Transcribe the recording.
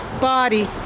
body